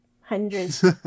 hundreds